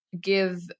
give